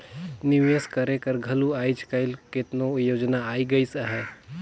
निवेस करे कर घलो आएज काएल केतनो योजना आए गइस अहे